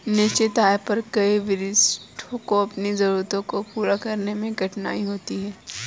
निश्चित आय पर कई वरिष्ठों को अपनी जरूरतों को पूरा करने में कठिनाई होती है